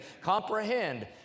comprehend